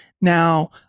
now